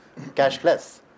cashless